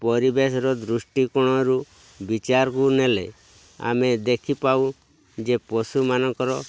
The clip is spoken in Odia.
ପରିବେଶର ଦୃଷ୍ଟିକୋଣରୁ ବିଚାରକୁ ନେଲେ ଆମେ ଦେଖିବାକୁପାଉ ଯେ ପଶୁମାନଙ୍କର